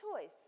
choice